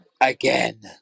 again